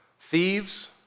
thieves